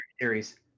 series